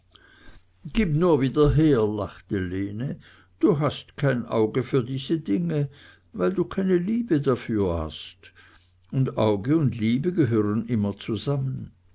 gib nur wieder her lachte lene du hast kein auge für diese dinge weil du keine liebe dafür hast und auge und liebe gehören immer zusammen